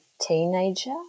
teenager